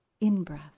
in-breath